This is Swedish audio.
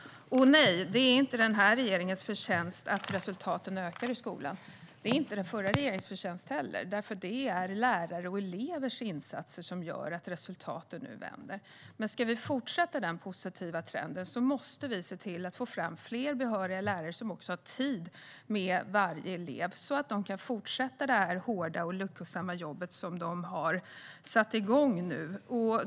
Det är inte den här regeringens förtjänst att resultaten i skolan har förbättrats. Det är heller inte den förra regeringens förtjänst, utan det är lärares och elevers insatser som gör att resultaten nu vänder. Men om denna positiva trend ska fortsätta måste vi se till att få fram fler behöriga lärare som har tid med varje elev, så att de kan fortsätta det hårda och lyckosamma arbete som de har satt igång.